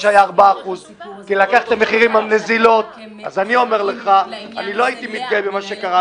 אני רוצה להגיד לך משהו על מה שאמרת